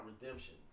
redemption